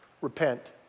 Repent